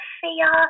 fear